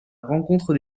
rencontre